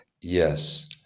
Yes